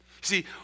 See